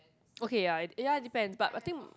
okay ya ya it depends but I think